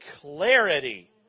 clarity